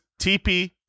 TP